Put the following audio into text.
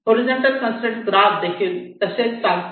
horizontal constrain graph देखील तसेच सांगतो